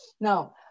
Now